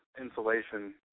insulation